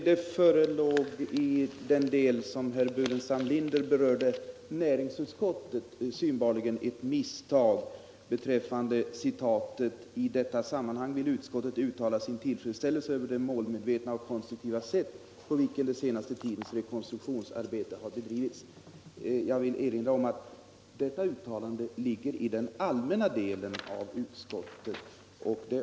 Herr talman! I den del av herr Burenstam Linders anförande som handlade om näringsutskottets betänkande förelåg uppenbarligen ett misstag när det gällde citatet: ”I detta sammanhang vill utskottet uttala sin tillfredsställelse över det målmedvetna och konstruktiva sätt på vilket den senaste tidens rekonstruktionsarbete har bedrivits.” Detta uttalande görs i den allmänna delen av utskottets betänkande.